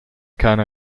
keine